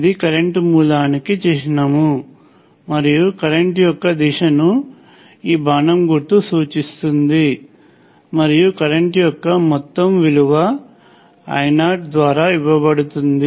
ఇది కరెంట్ మూలానికి చిహ్నం మరియు కరెంట్ యొక్క దిశను ఈ బాణం గుర్తు సూచిస్తుంది మరియు కరెంట్ యొక్క మొత్తం విలువ I0 ద్వారా ఇవ్వబడుతుంది